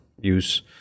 use